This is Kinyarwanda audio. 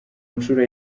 nshuro